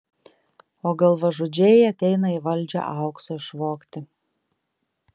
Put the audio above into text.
o galvažudžiai ateina į valdžią aukso išvogti